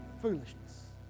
foolishness